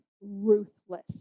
ruthless